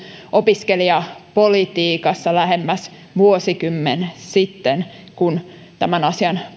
opiskelijapolitiikassa jo lähemmäs vuosikymmen sitten kun tämän asian